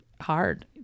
hard